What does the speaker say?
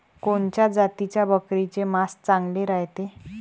कोनच्या जातीच्या बकरीचे मांस चांगले रायते?